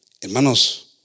Hermanos